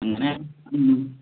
അങ്ങനെ മ്മ്